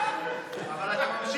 אבל אתה ממשיך,